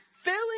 Filling